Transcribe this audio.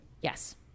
Yes